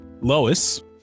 Lois